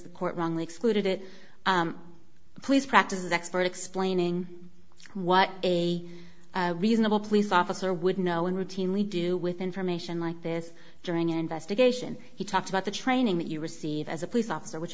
the court wrongly excluded it the police practices expert explaining what a reasonable police officer would know and routinely do with information like this during an investigation he talked about the training that you receive as a police officer which